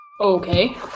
Okay